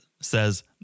says